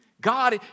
God